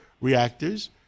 reactors